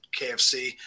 KFC